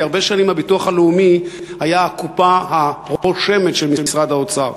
כי הרבה שנים הביטוח הלאומי היה הקופה הרושמת של משרד האוצר.